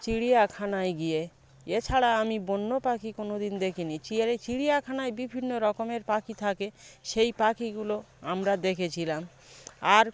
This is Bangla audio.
চিড়িয়াখানায় গিয়ে এছাড়া আমি বন্য পাখি কোনোদিন দেখি নি চিয়াড়ে চিড়িয়াখানায় বিভিন্ন রকমের পাখি থাকে সেই পাখিগুলো আমরা দেখেছিলাম আর